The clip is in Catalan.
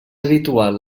habitual